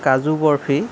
kaju barfi